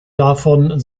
davon